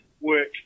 work